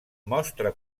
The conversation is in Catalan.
mostra